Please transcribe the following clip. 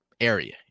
area